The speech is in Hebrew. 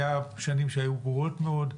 היום שנים שהיו גרועות מאוד.